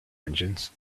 engines